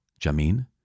Jamin